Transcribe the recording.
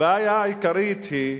הבעיה העיקרית היא,